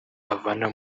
avana